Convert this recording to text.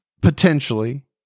potentially